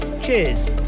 Cheers